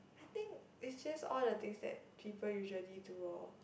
I think it's just all the things that people usually do lor